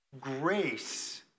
grace